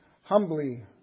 humbly